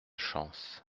chance